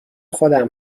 خودم